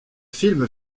film